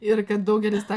ir kad daugelis tą